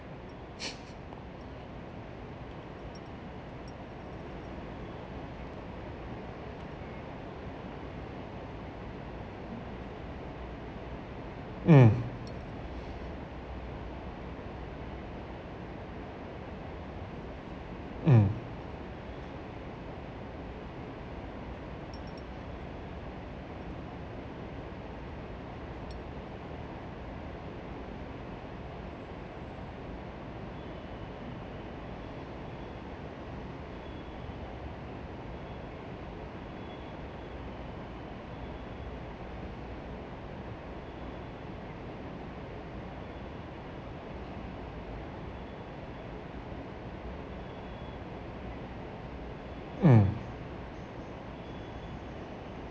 mm mm mm